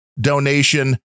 donation